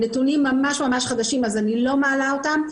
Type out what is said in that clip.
נתונים ממש ממש חדשים, אז אני לא מעלה אותם.